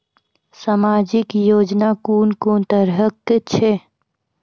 समाजिक योजना कून कून तरहक छै?